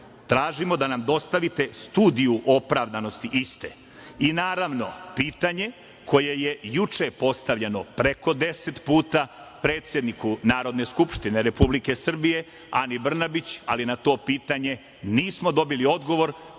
da nam dostavite Studiju o opravdanosti iste. Naravno, pitanje koje je juče postavljeno preko 10 puta predsedniku Narodne skupštine Republike Srbije, Ani Brnabić, ali na to pitanje nismo dobili odgovor,